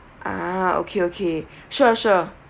uh okay okay sure sure